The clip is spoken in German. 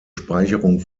speicherung